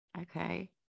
Okay